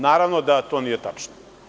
Naravno da to nije tačno.